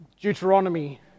Deuteronomy